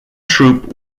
troop